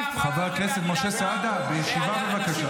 חבר הכנסת משה סעדה, בישיבה, בבקשה.